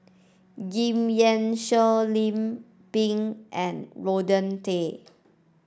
Giam Yean Song Lim Pin and Rodney Tan